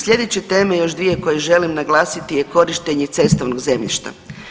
Slijedeće teme još dvije koje želim naglasiti je korištenje cestovnog zemljišta.